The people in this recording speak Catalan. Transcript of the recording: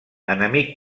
enemic